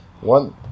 One